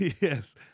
Yes